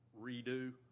redo